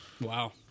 Wow